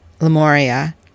Lemuria